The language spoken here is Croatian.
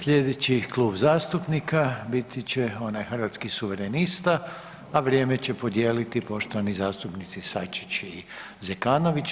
Sljedeći klub zastupnika biti će onaj Hrvatskih suverenista, a vrijeme će podijeliti poštovani zastupnici Sačić i Zekanović.